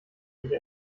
ich